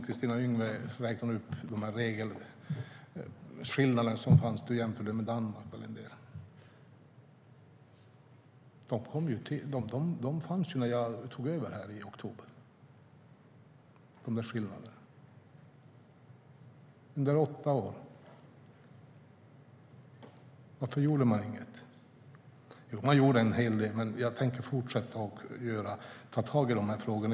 Kristina Yngwe räknade upp regelskillnader och jämförde med Danmark, men dessa skillnader fanns när jag tog över här i oktober. Varför gjorde man inget under åtta år? Jo, man gjorde en hel del, men jag tänker fortsätta att ta tag i dessa frågor.